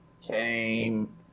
came